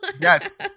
Yes